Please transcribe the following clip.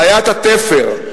בעיית התפר.